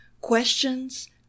questions